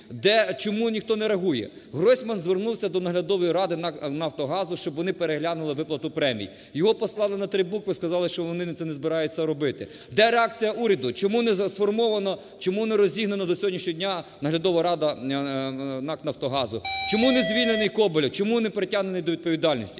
Чому ніхто не реагує? Гройсман звернувся до наглядової ради НАК "Нафтогазу", щоб вони переглянули виплату премій. Його послали на три букви, сказали, що вони це не збираються робити. Де реакція уряду? Чому не сформована, чому не розігнана до сьогоднішнього дня наглядова рада НАК "Нафтогазу"? Чому не звільнений Коболєв? Чому не притягнутий до відповідальності?